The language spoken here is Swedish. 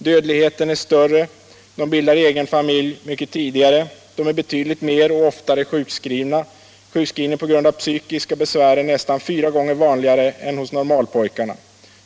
Dödligheten är större, de bildar egen familj mycket tidigare, de är betydligt mer och oftare sjukskrivna — sjukskrivning på grund av psykiska besvär är nästan fyra gånger vanligare än hos normalpojkarna.